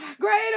Greater